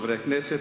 חברי הכנסת,